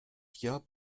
jahr